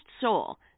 Soul